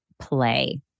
play